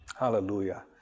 Hallelujah